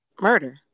Murder